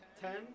ten